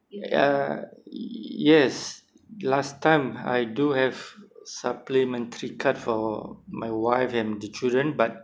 uh yes last time I do have supplementary card for my wife and the children but